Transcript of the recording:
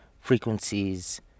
frequencies